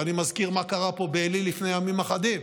ואני מזכיר מה קרה פה בעלי לפני ימים אחדים.